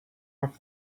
off